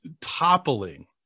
toppling